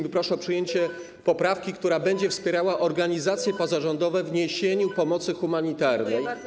I proszę o przyjęcie poprawki, która będzie wspierała organizacje pozarządowe w niesieniu pomocy humanitarnej.